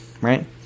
right